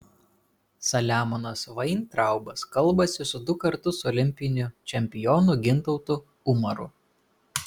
saliamonas vaintraubas kalbasi su du kartus olimpiniu čempionu gintautu umaru